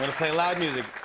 play loud music.